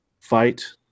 fight